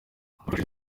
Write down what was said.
ugufasha